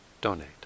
donate